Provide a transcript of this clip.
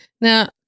now